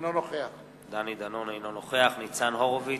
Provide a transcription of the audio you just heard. אינו נוכח ניצן הורוביץ,